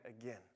again